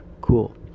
Cool